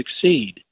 succeed